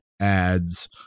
ads